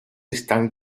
están